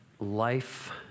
life